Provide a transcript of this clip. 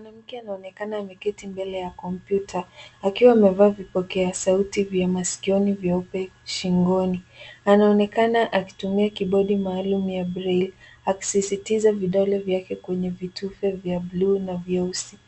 Mwanamke anaonekana ameketi mbele ya kompyuta akiwa amevaa vipokea sauti vya masikioni vyeupe shingoni. Anaonekana akitumia kibodi maalum ya braille , akisisitiza vidole vyake kwenye vitufe vya buluu na vyeusi.